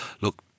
look